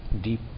deep